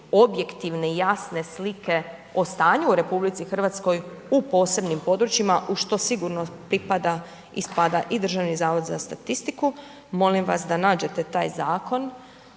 objektivne i jasne slike o stanju u RH u posebnim područjima u što sigurno pripada i spada i Državni zavod za statistiku, molim vas da nađete taj zakon